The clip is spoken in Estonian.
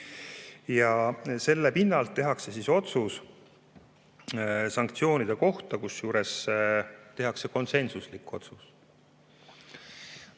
Selle pinnalt tehakse otsus sanktsioonide kohta, kusjuures tehakse konsensuslik otsus.